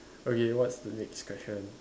okay what's the next question